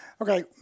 Okay